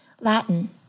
Latin